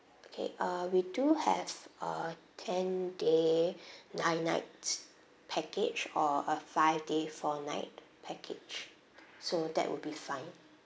okay uh we do have a ten day nine nights package or a five day four night package so that will be fine